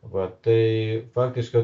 va tai faktiškai